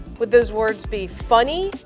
would those words be funny,